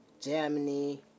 Germany